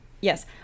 Yes